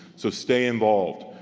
so stay involved.